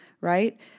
right